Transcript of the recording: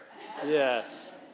Yes